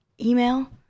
email